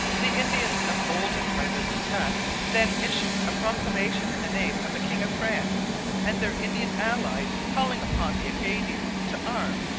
the indians, emboldened by their success, then issued a proclamation in the name of the king of france and their indian allies calling upon the acadians to arm,